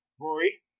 rory